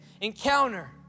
encounter